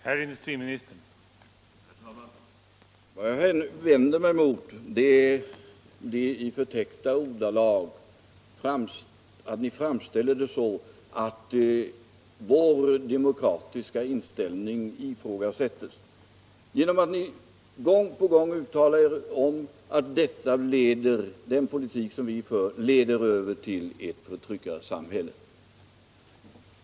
Herr talman! Vad jag vänder mig mot är att ni i förtäckta ordalag ifrågasätter vår demokratiska inställning genom att ni gång på gång säger att den politik som vi för leder till ett förtryckarsamhälle.